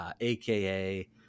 aka